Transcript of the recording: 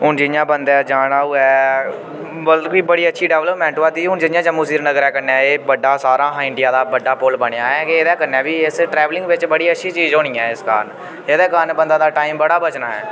हून जि'यां बन्दे जाना होऐ मतलब की बड़ी अच्छी डेवेलपमेंट होआ दी हून जि'यां जम्मू सिरीनगरै कन्नै एह् बड्डा सारा हा इंडिया दा बड्डा पुल बनेआ ऐ एह्दे कन्नै बी असें ट्रैवलिंग बिच बड़ी अच्छी चीज होनी ऐ इस कारण एह्दे कारण बंदा दा टाइम बड़ा बचना ऐ